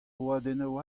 roadennoù